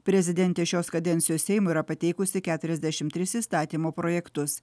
prezidentės šios kadencijos seimui yra pateikusi keturiasdešimt tris įstatymo projektus